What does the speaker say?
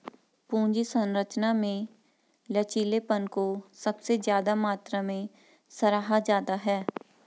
पूंजी संरचना में लचीलेपन को सबसे ज्यादा मात्रा में सराहा जाता है